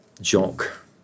Jock